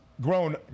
grown